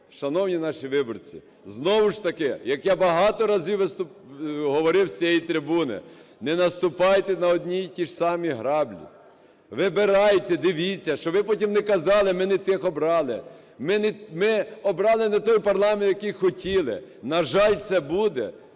шановні наші виборці, знову ж таки, як я багато разів говорив з цієї трибуни, не наступайте на одні і ті ж самі граблі. Вибирайте, дивіться, щоб ви потім не казали: ми не тих обрали, ми обрали не той парламент, який хотіли. На жаль, це буде.